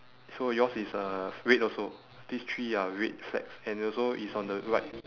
so yours is a red also these three are red flags and also is on the right